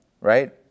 right